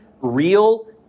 real